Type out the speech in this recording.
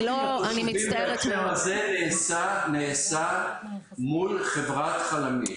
עם התושבים בהקשר הזה נעשה מול חברת חלמיש.